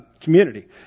community